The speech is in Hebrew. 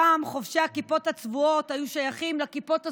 פעם חובשי הכיפות הצבועות היו שייכים לכיפות הסרוגות,